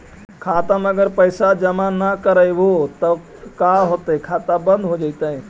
खाता मे अगर पैसा जमा न कर रोपबै त का होतै खाता बन्द हो जैतै?